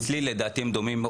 אצלי, לדעתי, הם דומים.